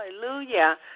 hallelujah